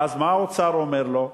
ואז מה האוצר אומר לו?